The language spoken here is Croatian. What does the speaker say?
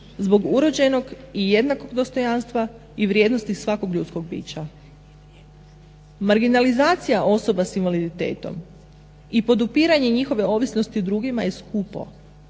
zbog uređenog i jednakog dostojanstva i vrijednosti svakog ljudskog bića. Marginalizacija osoba s invaliditetom i podupiranje njihove ovisnosti o drugima je skupo